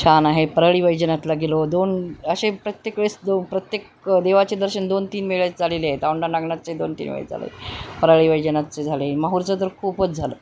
छान आहे परळी वैजनाथला गेलो दोन असे प्रत्येक वेळेस दो प्रत्येक देवाचे दर्शन दोन तीन वेळेेस झाले आहेत ते औंढा नागनाथचे दोन तीन वेळेस झालेले आहेत परळी वैजनाथचे झाले माहूरचं तर खूपच झालं